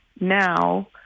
now